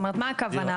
מה הכוונה?